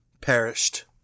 perished